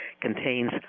contains